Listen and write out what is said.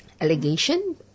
allegation